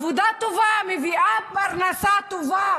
ועבודה טובה מביאה פרנסה טובה